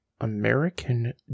American